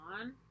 on